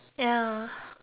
ya